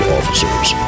Officers